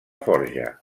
forja